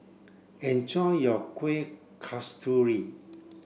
enjoy your Kueh Kasturi